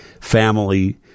family